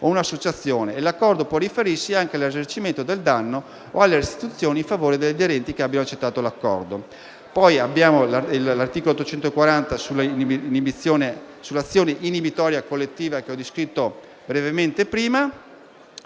l'accordo può riferirsi anche al risarcimento del danno o alle restituzioni in favore degli aderenti che abbiano accettato l'accordo.